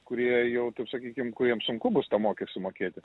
kurie jau taip sakykim kuriem sunku bus tą mokes sumokėti